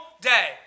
day